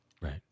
Right